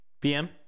PM